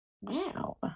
Wow